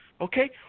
okay